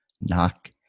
knock